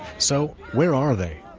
so where are they?